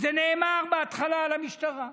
זה נאמר בהתחלה למשטרה,